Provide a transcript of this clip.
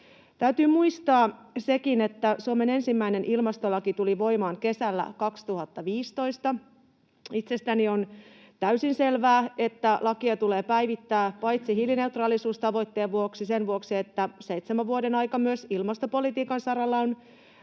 Täytyy muistaa sekin, että Suomen ensimmäinen ilmastolaki tuli voimaan kesällä 2015. Itsestäni on täysin selvää, että lakia tulee päivittää paitsi hiilineutraalisuustavoitteen vuoksi myös sen vuoksi, että ilmastopolitiikan saralla on